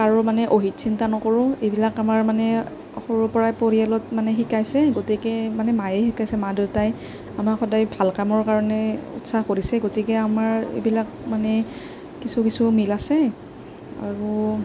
কাৰো মানে অহিত চিন্তা নকৰোঁ এইবিলাক আমাৰ মানে সৰুৰ পৰা পৰিয়ালত মানে শিকাইছে গতিকে মানে মায়ে শিকাইছে মা দেউতাই আমাক সদায় ভাল কামৰ কাৰণে উৎসাহ কৰিছে গতিকে আমাৰ এইবিলাক মানে কিছু কিছু মিল আছে আৰু